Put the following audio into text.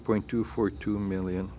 point two four two million